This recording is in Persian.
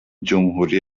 جمهوری